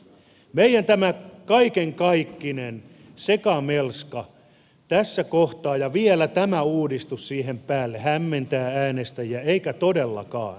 meidän tämä kaiken kaikkinen sekamelska tässä kohtaa ja vielä tämä uudistus siihen päälle hämmentää äänestäjiä eikä todellakaan lisää äänestysaktiivisuutta